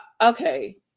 okay